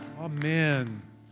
Amen